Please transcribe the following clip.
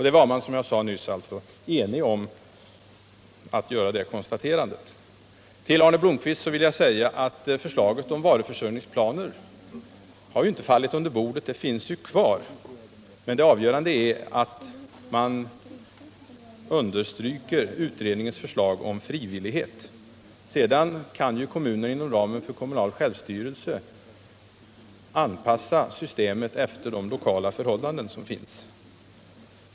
Utredningen var enig om att göra detta konstaterande. Till Arne Blomkvist vill jag säga att förslaget om varuförsörjningsplaner inte har fallit under bordet utan finns kvar. Men det avgörande är att man understryker utredningens förslag om frivillighet. Sedan kan kommunerna inom ramen för den kommunala självstyrelsen anpassa systemet efter de lokala förhållandena.